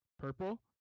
purple